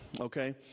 okay